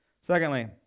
Secondly